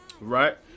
right